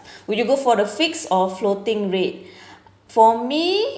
would you go for the fixed or floating rate for me